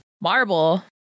Marble